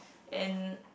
and